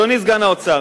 אדוני סגן שר האוצר,